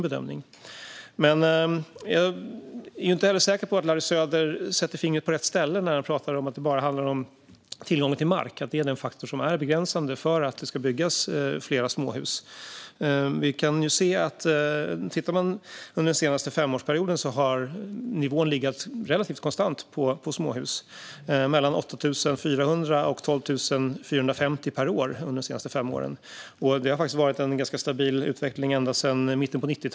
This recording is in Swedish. Jag är heller inte säker på att Larry Söder sätter fingret på rätt ställe när han talar om att det bara handlar om tillgången till mark och att det är den faktor som är begränsande för att fler småhus ska byggas. Den senaste femårsperioden har nivån legat relativt konstant vad gäller småhus. Mellan 8 400 och 12 450 per år har byggts under de senaste fem åren. Denna utveckling har varit ganska stabil ända sedan mitten av 90talet.